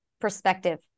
perspective